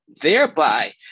thereby